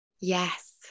yes